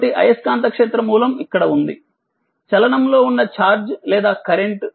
కాబట్టిఅయస్కాంత క్షేత్ర మూలం ఇక్కడ ఉంది చలనంలో ఉన్న ఛార్జ్ లేదా కరెంట్